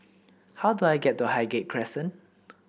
how do I get to Highgate Crescent